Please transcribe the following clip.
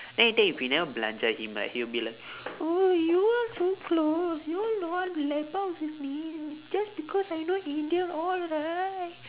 then later if we never belanja him right he will be like oh you are so close you all don't want to lepak with me just because I not indian all right